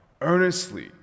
earnestly